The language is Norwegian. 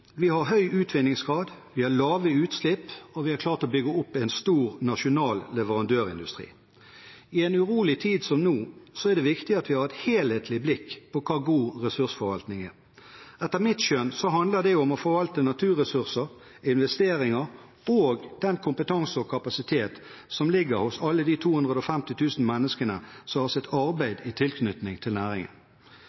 Vi har høy utvinningsgrad, lave utslipp, og vi har klart å bygge opp en stor, nasjonal leverandørindustri. I en urolig tid som nå er det viktig at vi har et helhetlig blikk for hva god ressursforvaltning er. Etter mitt skjønn handler det om å forvalte naturressurser, investeringer og den kompetanse og kapasitet som ligger hos alle de 250 000 menneskene som har sitt